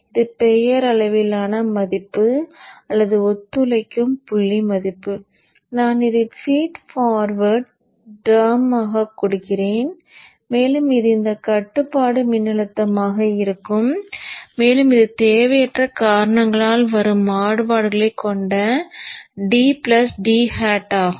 இது பெயரளவிலான மதிப்பு அல்லது ஒத்துழைக்கும் புள்ளி மதிப்பு நான் இதை ஃபீட் ஃபார்வேர்ட் டெர்ம்மாக கொடுக்கிறேன் மேலும் இது இந்தக் கட்டுப்பாட்டு மின்னழுத்தமாக இருக்கும் மேலும் இது தேவையற்ற காரணங்களால் வரும் மாறுபாடுகளைக் கொண்ட d பிளஸ் d hat ஆகும்